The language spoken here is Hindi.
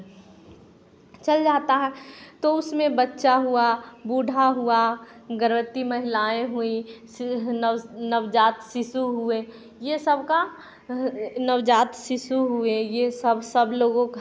चल जाता है तो उसमें बच्चा हुआ बूढ़ा हुआ गर्भवती महिलाएँ हुई शिव नव नवजात शिशु हुए यह सब का नवजात शिशु हुए यह सब सब लोगों का